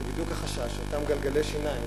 זה בדיוק החשש: שאותם גלגלי שיניים,